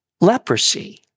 leprosy